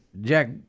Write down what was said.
Jack